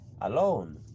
alone